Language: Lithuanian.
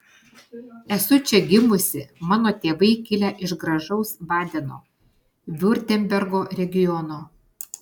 esu čia gimusi mano tėvai kilę iš gražaus badeno viurtembergo regiono